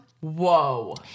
Whoa